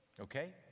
Okay